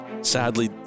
sadly